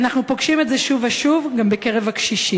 אנחנו פוגשים את זה שוב ושוב, גם בקרב הקשישים.